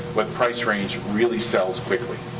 what price range really sells quickly.